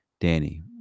Danny